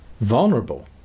vulnerable